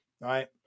right